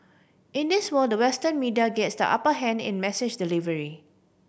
in this world the Western media gets the upper hand in message delivery